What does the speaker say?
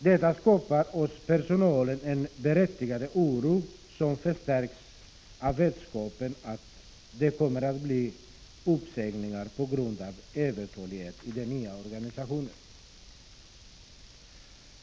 Detta skapar hos personalen en berättigad oro, som förstärks av vetskapen om att det kommer att bli uppsägningar på grund av övertalighet i den nya organisationen.